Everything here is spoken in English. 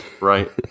right